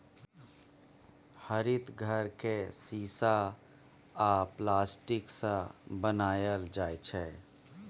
हरित घर केँ शीशा आ प्लास्टिकसँ बनाएल जाइ छै